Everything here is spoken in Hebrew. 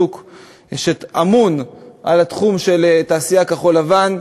שאמון על התחום של תעשייה כחול-לבן,